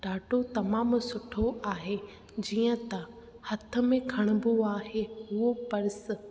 ॾाढो तमामु सुठो आहे जीअं त हथ में खणिबो आहे हुअ पर्स